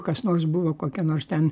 kas nors buvo kokią nors ten